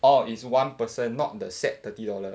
orh is one person not the set thirty dollar